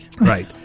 Right